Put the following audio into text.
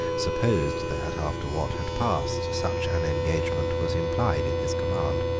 supposed that, after what had passed, such an engagement was implied in his command.